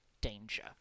danger